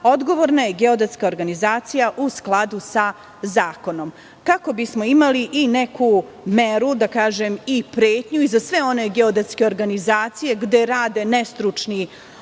odgovorna je geodetska organizacija u skladu sa zakonom. Kako bismo imali neku meru, da kažem, i pretnju za sve one geodetske organizacije gde rade nestručni ljudi,